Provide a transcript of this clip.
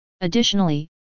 Additionally